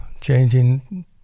changing